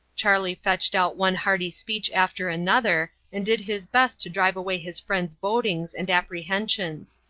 charley fetched out one hearty speech after another, and did his best to drive away his friend's bodings and apprehensions.